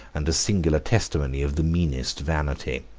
and a singular testimony of the meanest vanity.